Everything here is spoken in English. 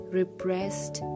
repressed